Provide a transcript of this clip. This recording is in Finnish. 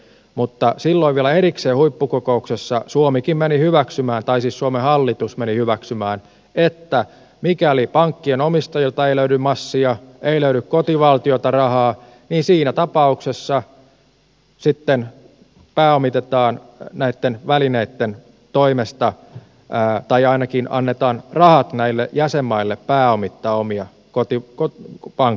mutta silloin vielä erikseen huippukokouksessa suomen hallitus meni hyväksymään sen että mikäli pankkien omistajilta ei löydy massia ei löydy kotivaltiolta rahaa niin siinä tapauksessa sitten pääomitetaan näitten välineitten toimesta tai ainakin annetaan rahat näille jäsenmaille pääomittaa omia kotipankkejaan